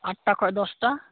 ᱟᱸᱴᱟ ᱠᱷᱚᱡ ᱫᱚᱥᱴᱟ